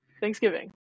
Thanksgiving